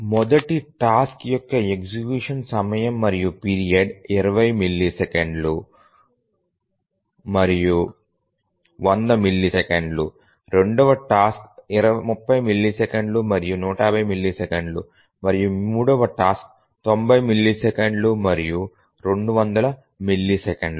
మొదటి టాస్క్ యొక్క ఎగ్జిక్యూషన్ సమయం మరియు పీరియడ్ 20 మిల్లీసెకన్లు మరియు 100 మిల్లీసెకన్లు రెండవ టాస్క్ 30 మిల్లీసెకన్లు మరియు 150 మిల్లీసెకన్లు మరియు మూడవ టాస్క్ 90 మిల్లీసెకన్లు మరియు 200 మిల్లీసెకన్లు